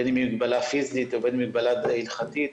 בין ממגבלה פיזית ובין אם ממגבלה הלכתית,